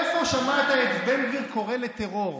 איפה שמעת את בן גביר קורא לטרור,